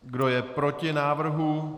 Kdo je proti návrhu?